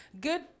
good